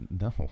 No